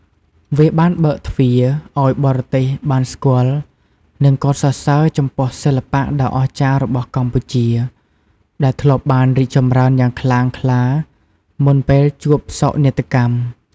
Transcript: វាបាន បើកទ្វារ ឲ្យបរទេសបានស្គាល់ និងកោតសរសើរចំពោះសិល្បៈដ៏អស្ចារ្យរបស់កម្ពុជា ដែលធ្លាប់បានរីកចម្រើនយ៉ាងខ្លាំងក្លាមុនពេលជួបសោកនាដកម្ម។